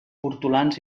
hortolans